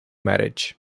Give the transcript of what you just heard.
marriage